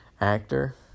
actor